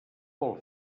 vol